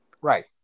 right